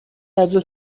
ажил